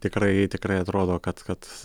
tikrai tikrai atrodo kad kad